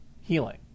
healing